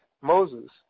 Moses